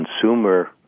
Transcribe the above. consumer